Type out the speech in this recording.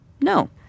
no